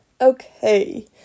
Okay